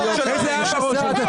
כחבר אופוזיציה בעד חוק לפיזור הכנסת,